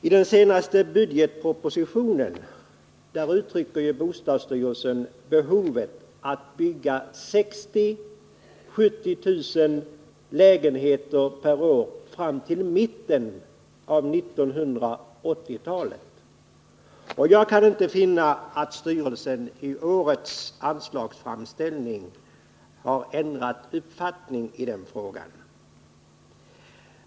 I den senaste budgetpropositionen uttrycker bostadsstyrelsen behov av att det byggs 60 000-70 000 lägenheter per år fram till mitten av 1980-talet. Jag kan inte finna att styrelsen i årets anslagsframställning har ändrat uppfattning i den frågan.